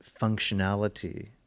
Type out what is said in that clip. functionality